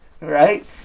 right